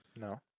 no